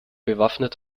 bewaffnet